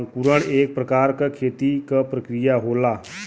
अंकुरण एक प्रकार क खेती क प्रक्रिया होला